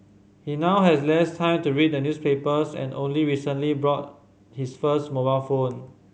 he now has less time to read newspapers and only recently bought his first mobile phone